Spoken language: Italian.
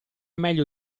meglio